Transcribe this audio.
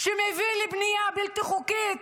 שמביאים לבנייה בלתי חוקית?